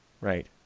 Right